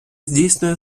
здійснює